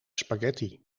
spaghetti